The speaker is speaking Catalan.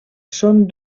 són